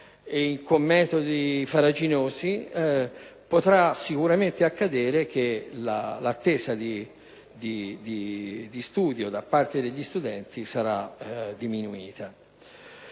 e con metodi farraginosi, potrà sicuramente accadere che l'attesa di studio da parte degli studenti sarà diminuita.